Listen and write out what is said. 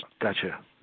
Gotcha